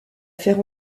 faire